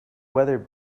weather